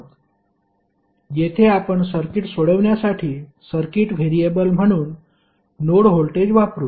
येथे आपण सर्किट सोडविण्यासाठी सर्किट व्हेरिएबल म्हणून नोड व्होल्टेज वापरू